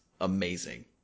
amazing